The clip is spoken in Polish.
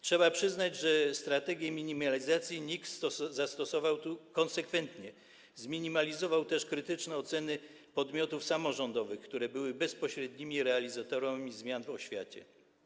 Trzeba przyznać, że strategie minimalizacji NIK zastosował tu konsekwentnie, zminimalizował też krytyczne oceny podmiotów samorządowych, które były bezpośrednimi realizatorami zmian w oświacie.